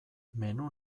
menu